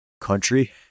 country